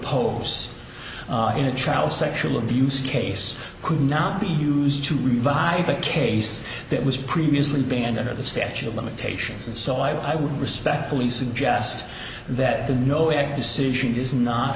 pose in a trial sexual abuse case could not be used to revive a case that was previously banned under the statute of limitations and so i would respectfully suggest that the no a decision is not